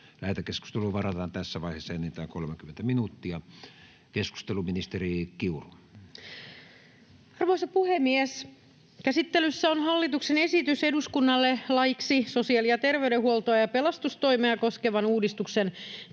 Lähetekeskusteluun varataan tässä vaiheessa enintään 30 minuuttia. — Keskustelu, ministeri Kiuru. Arvoisa puhemies! Käsittelyssä on hallituksen esitys eduskunnalle laiksi sosiaali- ja terveydenhuoltoa ja pelastustoimea koskevan uudistuksen